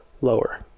lower